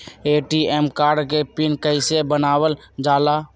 ATM card के PIN कैसे बनावल जाला?